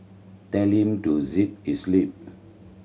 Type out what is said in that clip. tell him to zip his lip